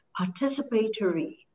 participatory